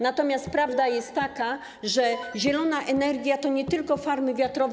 Natomiast prawda jest taka, że zielona energia to nie tylko farmy wiatrowe.